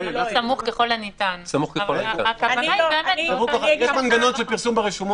אני לא --- יש מנגנון של פרסום ברשומות.